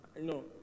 No